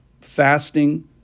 fasting